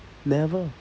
never